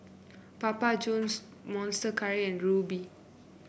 Papa Johns Monster Curry and Rubi